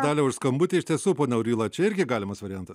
dalia už skambutį iš tiesų pone auryla čia irgi galimas variantas